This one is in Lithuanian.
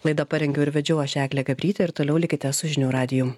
laidą parengiau ir vedžiau aš eglė gabrytė ir toliau likite su žinių radijum